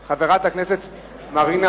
במקום חברת הכנסת זוארץ.